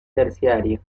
terciario